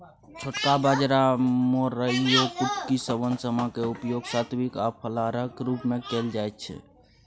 छोटका बाजरा मोराइयो कुटकी शवन समा क उपयोग सात्विक आ फलाहारक रूप मे कैल जाइत छै